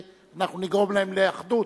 אנחנו נגרום להן לאחדות,